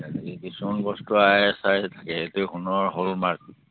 কিছুমান বস্তুত I S I থাকে এইটো সোণৰ হলমাৰ্ক